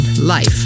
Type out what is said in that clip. life